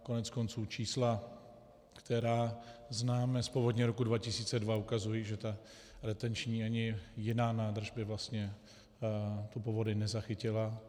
Koneckonců čísla, která známe z povodní roku 2002, ukazují, že ta retenční ani jiná nádrž by vlastně tu povodeň nezachytila.